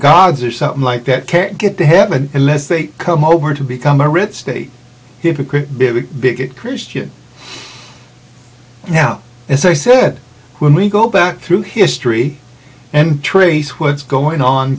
gods or something like that can't get to heaven unless they come over to become a rich state hypocrite big big christian now as i said when we go back through history and trace what's going on